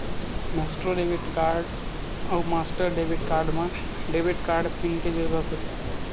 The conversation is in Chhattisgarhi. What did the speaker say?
मेसट्रो डेबिट कारड अउ मास्टर डेबिट म डेबिट कारड पिन के जरूरत होथे